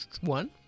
One